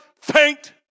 faint